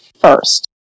first